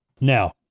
Now